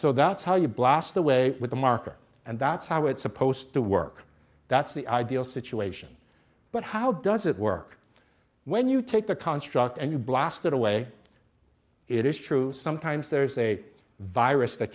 so that's how you blast away with the marker and that's how it's supposed to work that's the ideal situation but how does it work when you take the contract and you blasted away it is true sometimes there's a virus that